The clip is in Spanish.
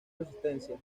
resistencia